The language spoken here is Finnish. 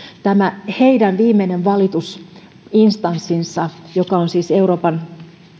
tämä heidän viimeinen valitusinstanssinsa joka on siis euroopan